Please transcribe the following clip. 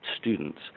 students